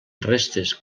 restes